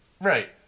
right